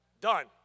Done